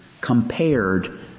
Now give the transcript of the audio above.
Compared